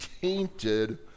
tainted